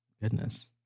Goodness